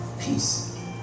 Peace